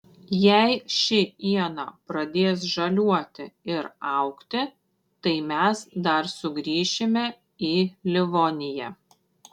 jei ši iena pradės žaliuoti ir augti tai mes dar sugrįšime į livoniją